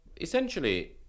Essentially